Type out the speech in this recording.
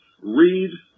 read